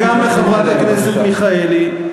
אני רוצה לומר לחבר הכנסת חנין וגם לחברת הכנסת מיכאלי: